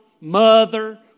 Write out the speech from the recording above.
mother